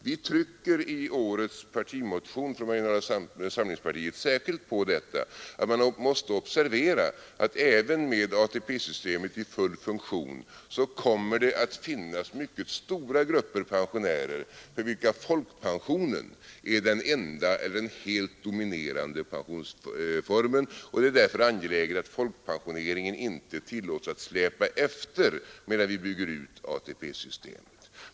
Vi trycker i årets partimotion från moderata samlingspartiet särskilt på att man måste observera att det även med ATP-systemet i full funktion kommer att finnas mycket stora grupper pensionärer för vilka folkpensionen är den enda eller helt dominerande pensionsformen. Det är därför angeläget att folkpensionerna inte tillåtes att släpa efter medan vi bygger ut ATP-systemet.